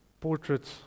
portraits